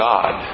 God